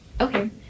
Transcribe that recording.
okay